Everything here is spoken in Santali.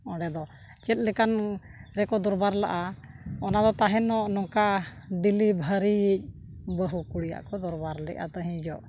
ᱚᱸᱰᱮ ᱫᱚ ᱪᱮᱫ ᱞᱮᱠᱟᱱ ᱨᱮᱠᱚ ᱫᱚᱨᱵᱟᱨ ᱞᱟᱜᱟᱜᱼᱟ ᱚᱱᱟ ᱫᱚ ᱛᱟᱦᱮᱱᱚᱜ ᱱᱚᱝᱠᱟ ᱰᱮᱞᱤᱵᱷᱟᱨᱤᱭᱤᱡ ᱵᱟᱹᱦᱩ ᱠᱩᱲᱤᱭᱟᱜ ᱠᱚ ᱫᱚᱨᱵᱟᱨ ᱞᱮᱫ ᱛᱟᱦᱮᱱ